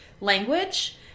language